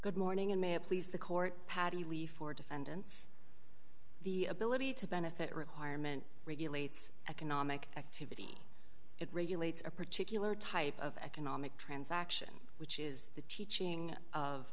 good morning and may it please the court pateley for defendants the ability to benefit requirement regulates economic activity it regulates a particular type of economic transaction which is the teaching of